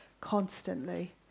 constantly